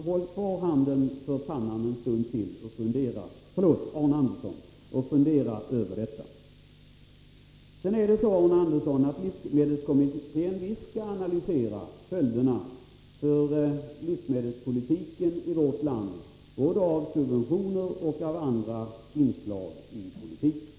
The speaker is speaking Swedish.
Så håll kvar handen för pannan en stund till och fundera över detta, Arne Andersson. Vidare är det så, Arne Andersson, att livsmedelskommittén visst skall analysera följderna för livsmedelspolitiken i vårt land av både subventioner och andra inslag i politiken.